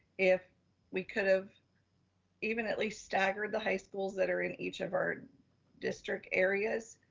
if we could have even at least staggered the high schools that are in each of our district areas,